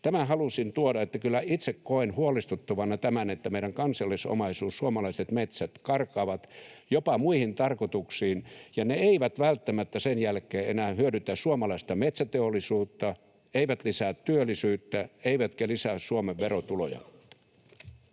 Tämän halusin tuoda esiin, että kyllä itse koen huolestuttavana, että meidän kansal-lisomaisuus, suomalaiset metsät, karkaavat jopa muihin tarkoituksiin, ja ne eivät välttämättä sen jälkeen enää hyödytä suomalaista metsäteollisuutta, eivät lisää työllisyyttä eivätkä lisää Suomen verotuloja.